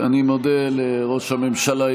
פעם אתה למטה,